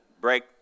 break